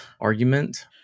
argument